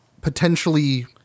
Potentially